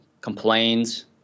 complains